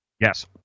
Yes